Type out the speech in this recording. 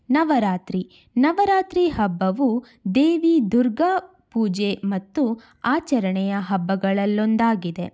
ನವರಾತ್ರಿ ನವರಾತ್ರಿ ಹಬ್ಬವು ದೇವಿ ದುರ್ಗಾ ಪೂಜೆ ಮತ್ತು ಆಚರಣೆಯ ಹಬ್ಬಗಳಲ್ಲೊಂದಾಗಿದೆ